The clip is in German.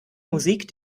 musik